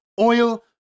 oil